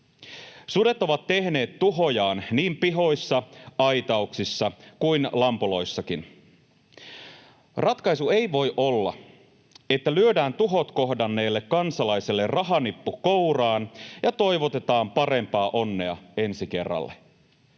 Sudet ovat tehneet tuhojaan niin pihoissa, aitauksissa kuin lampoloissakin. Ratkaisu ei voi olla, että lyödään tuhot kohdanneelle kansalaiselle rahanippu kouraan ja toivotetaan parempaa onnea ensi kerralle;